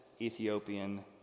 Ethiopian